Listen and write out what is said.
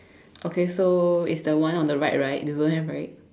okay so is the one on the right right you don't have right